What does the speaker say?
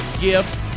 gift